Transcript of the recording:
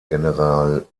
general